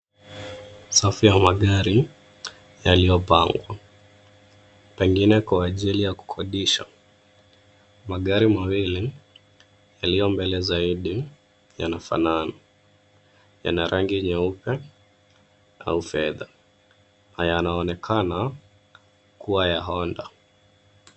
Safu ya magari, yaliyopangwa. Pengine kwa ajili ya kukodisha. Magari mawili, yaliyo mbele zaidi, yanafanana. Yana rangi nyeupe, au fedha. Na yanaonekana, kuwa ya Honda.